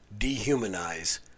dehumanize